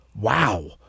wow